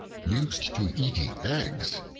used to eating eggs,